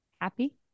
Happy